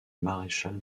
maréchal